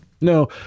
No